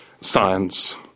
science